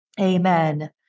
amen